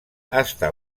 està